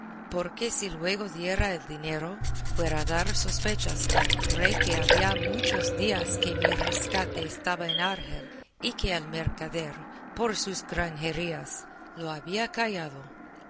porque si luego diera el dinero fuera dar sospechas al rey que había muchos días que mi rescate estaba en argel y que el mercader por sus granjerías lo había callado